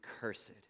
cursed